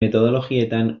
metodologietan